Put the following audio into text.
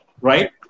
Right